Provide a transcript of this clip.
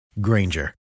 Granger